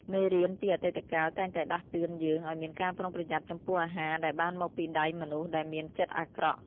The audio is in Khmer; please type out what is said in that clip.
មេរៀនពីអតីតកាលតែងតែដាស់តឿនយើងឱ្យមានការប្រុងប្រយ័ត្នចំពោះអាហារដែលបានមកពីដៃមនុស្សដែលមានចិត្តអាក្រក់។